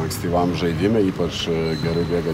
ankstyvam žaidime ypač gerai bėga